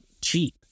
cheap